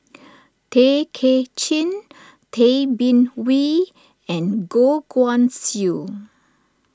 Tay Kay Chin Tay Bin Wee and Goh Guan Siew